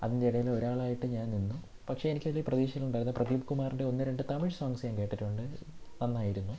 അതിൻ്റെ ഇടയിൽ ഒരാളായിട്ട് ഞാൻ നിന്നു പക്ഷേ എനിക്ക് അതിൽ പ്രതീക്ഷകളുണ്ടായത് പ്രദീപ് കുമാറിൻ്റെ ഒന്ന് രണ്ട് തമിഴ് സോങ്സ് ഞാൻ കേട്ടിട്ടുണ്ട് നന്നായിരുന്നു